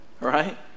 right